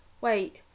wait